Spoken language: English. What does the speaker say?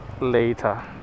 later